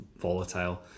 volatile